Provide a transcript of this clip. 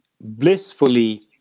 blissfully